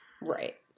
Right